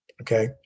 Okay